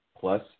plus